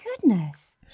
goodness